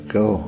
go